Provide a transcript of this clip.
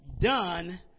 done